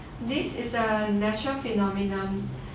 this is a natural phenomenon